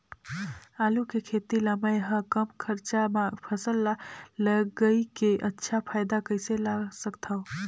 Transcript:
आलू के खेती ला मै ह कम खरचा मा फसल ला लगई के अच्छा फायदा कइसे ला सकथव?